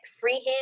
freehand